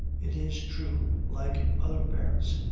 it is true, like other parents,